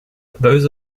those